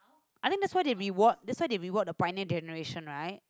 I think that's why they reward that's why reward the print age generation right